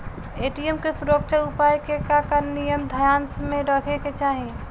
ATM के सुरक्षा उपाय के का का नियम ध्यान में रखे के चाहीं?